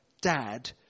Dad